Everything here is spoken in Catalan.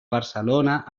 barcelona